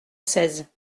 seize